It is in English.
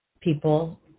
people